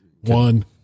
One